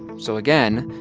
so again,